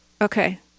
Okay